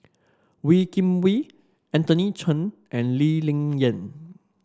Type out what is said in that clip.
Wee Kim Wee Anthony Chen and Lee Ling Yen